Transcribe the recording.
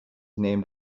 named